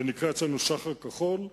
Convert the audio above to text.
זה נקרא אצלנו "שחר כחול",